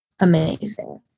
amazing